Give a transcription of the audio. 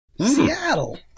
Seattle